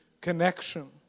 connection